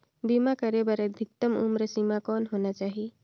बीमा करे बर अधिकतम उम्र सीमा कौन होना चाही?